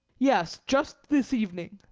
yes, just this evening.